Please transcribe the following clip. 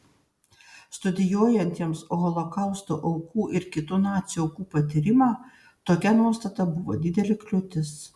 studijuojantiems holokausto aukų ir kitų nacių aukų patyrimą tokia nuostata buvo didelė kliūtis